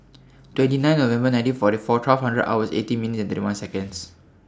twenty nine November nineteen forty four twelve hundred hours eighteen minutes and thirty one Seconds